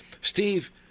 Steve